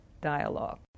dialogue